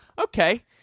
Okay